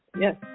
Yes